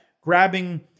grabbing